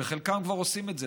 וחלקם כבר עושים את זה,